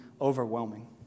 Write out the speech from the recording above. overwhelming